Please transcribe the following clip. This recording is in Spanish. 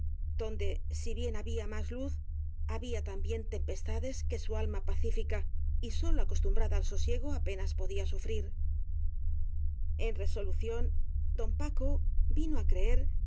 donde si bien había más luz había también tempestades que su alma pacífica y sólo acostumbrada al sosiego apenas podía sufrir en resolución don paco vino á creer